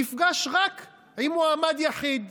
נפגש רק עם מועמד יחיד,